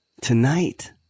tonight